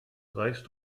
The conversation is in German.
reichst